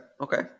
okay